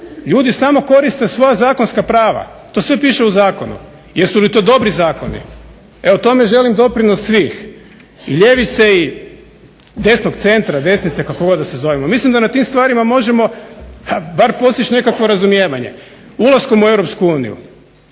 Ljudi samo koriste svoja zakonska prava. To sve piše u zakonu. Jesu li to dobri zakoni? E o tome želim doprinos svih i ljevice i desnog centra, desnice kako god da se zovemo. Mislim da na tim stvarima možemo bar postići nekakvo razumijevanje. Ulaskom u Europsku uniju